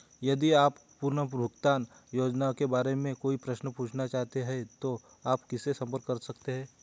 यदि आप पुनर्भुगतान योजनाओं के बारे में कोई प्रश्न पूछना चाहते हैं तो आप किससे संपर्क करते हैं?